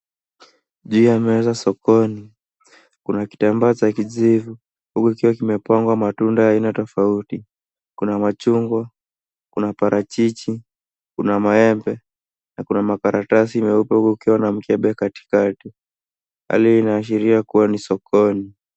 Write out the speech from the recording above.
Juu ya meza sokoni, kuna kitambaa cha kijivu huku kikiwa kimepangwa matunda ya aina tofauti. Kuna machungwa, kuna parachichi, kuna maembe na kuna makaratasi meupe huku kukiwa na mkebe katikati. Hali hii inaashiria kuwa ni sokoni.